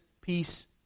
peace